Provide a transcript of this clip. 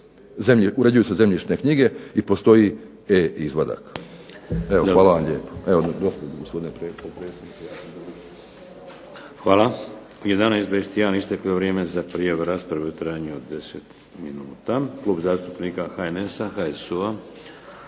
uređuju zemljišne knjige i postoji e-izvadak. Evo hvala